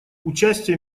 участие